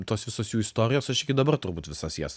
tos visos jų istorijos aš iki dabar turbūt visas jas